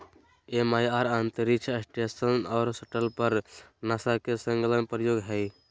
MIR अंतरिक्ष station और shuttle पर नासा के संलग्न प्रयोग हइ